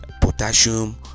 potassium